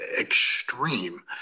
extreme